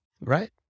Right